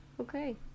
Okay